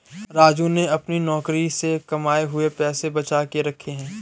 राजू ने अपने नौकरी से कमाए हुए पैसे बचा के रखे हैं